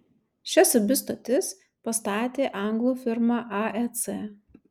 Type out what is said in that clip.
šias abi stotis pastatė anglų firma aec